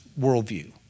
worldview